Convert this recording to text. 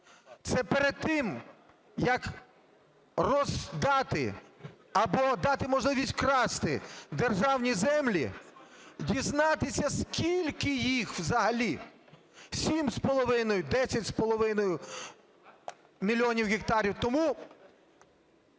це перед тим, як роздати або дати можливість красти державні землі, дізнатися скільки їх взагалі – 7,5, 10,5 мільйонів гектарів. Тому